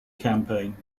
campaign